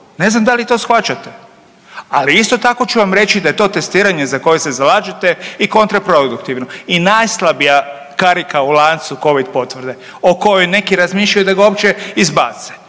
Ne znam da li to shvaćate. Ali isto tako ću vam reći da je to testiranje za koje se zalažete i kontraproduktivno i najslabija karika u lancu Covid potvrde o kojoj neki razmišljaju da ga uopće izbace.